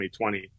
2020